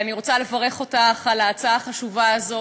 אני רוצה לברך אותך על ההצעה החשובה הזאת,